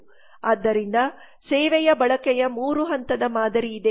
ಆದ್ದರಿಂದ ಸೇವೆಯ ಬಳಕೆಯ 3 ಹಂತದ ಮಾದರಿ ಇದೆ